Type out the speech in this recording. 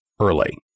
early